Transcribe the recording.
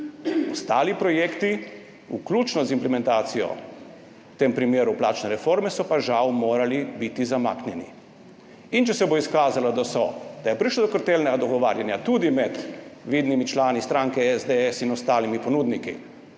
Ostali projekti, vključno z implementacijo v tem primeru plačne reforme, so pa žal morali biti zamaknjeni. In če se bo izkazalo, da je prišlo do kartelnega dogovarjanja tudi med vidnimi člani stranke SDS in ostalimi ponudniki